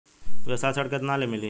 व्यवसाय ऋण केतना ले मिली?